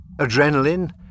Adrenaline